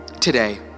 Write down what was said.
Today